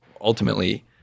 ultimately